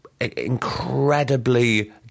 incredibly